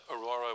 Aurora